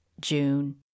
June